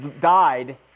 died